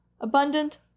abundant